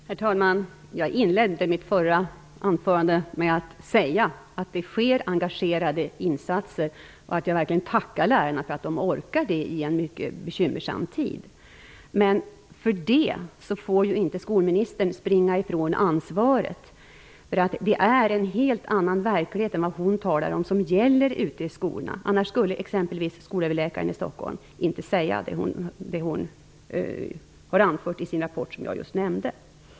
Herr talman! Jag inledde mitt förra anförande med att säga att det förekommer engagerade insatser och att jag verkligen tackar lärarna för att de orkar göra sådana i en mycket bekymmersam tid. Men av det skälet får inte skolministern springa ifrån ansvaret, för det är en helt annan verklighet än den hon talar om som gäller ute i skolorna. Annars skulle exempelvis skolöverläkaren i Stockholm inte säga det hon har anfört i sin rapport, som jag just nämnde.